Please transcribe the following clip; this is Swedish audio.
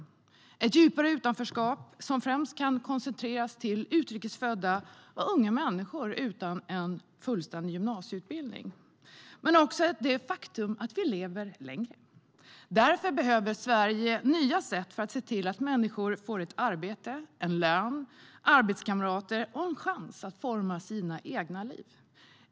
Det handlar om ett djupare utanförskap som främst koncentreras till utrikes födda och unga utan fullständig gymnasieutbildning. Det handlar också om det faktum att vi lever längre. Därför behöver Sverige nya sätt för att se till att människor får ett arbete, en lön, arbetskamrater och en chans att forma sitt eget liv.